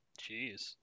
Jeez